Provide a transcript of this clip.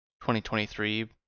2023